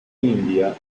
india